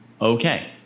Okay